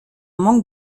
manque